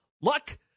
Luck